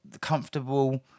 comfortable